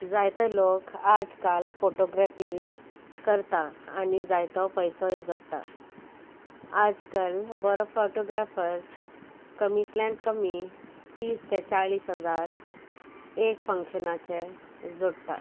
जायते लोक आज काल फोटोग्राफी करता आनी जायतो पयसोय जोडटा आजकाल बरो फोटोग्राफर कमींतल्या कमी तीस ते चाळीस हजार एक फंक्शनाचें जोडटा